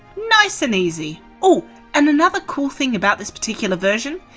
nice and easy. oh and another cool thing about this particular version,